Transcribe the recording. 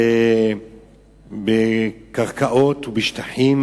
בקרקעות ובשטחים,